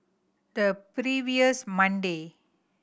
the previous Monday